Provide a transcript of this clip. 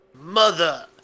mother